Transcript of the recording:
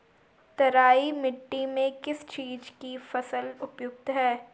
तराई मिट्टी में किस चीज़ की फसल उपयुक्त है?